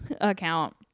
account